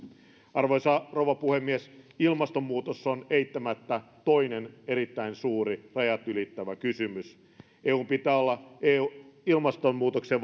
arvoisa rouva puhemies ilmastonmuutos on eittämättä toinen erittäin suuri rajat ylittävä kysymys eun pitää olla ilmastonmuutoksen